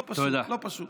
לא פשוט, לא פשוט.